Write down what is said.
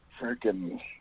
freaking